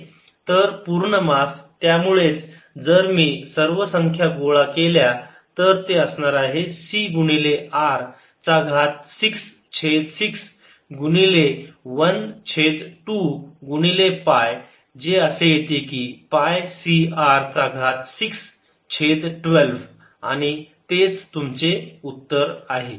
तर पुर्ण मास त्यामुळेच जर मी सर्व संख्या गोळा केल्या तर ते असणार आहे C गुणिले R चा घात 6 छेद 6 गुणिले 1 छेद 2 गुणिले पाय जे असे येते की पाय C R चा घात 6 छेद 12 आणि तेच तुमचे उत्तर आहे 111 X2XdX12 MC×R6612×ππCR612